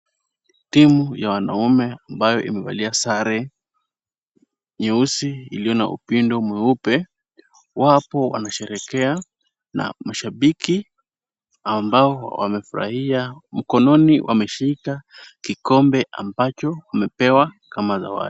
Timu ya wanaume ambayo imevalia sare nyeusi iliyo na upindo mweupe, wapo wanasheherekea na mashabiki ambao wamefurahia. Mkononi wameshika kikombe ambacho wamepewa kama zawadi.